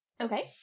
Okay